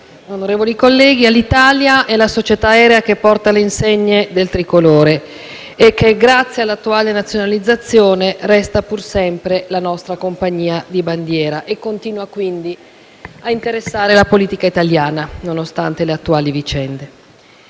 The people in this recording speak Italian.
onorevoli colleghi, l'Alitalia è la società aerea che porta le insegne del tricolore e che, grazie all'attuale nazionalizzazione, resta pur sempre la nostra compagnia di bandiera e continua quindi a interessare la politica italiana, nonostante le attuali vicende.